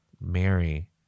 Mary